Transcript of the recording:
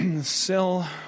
sell